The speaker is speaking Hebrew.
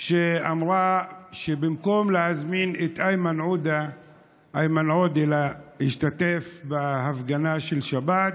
אמרה שבמקום להזמין את איימן עודה להשתתף בהפגנה של שבת,